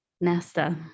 Nesta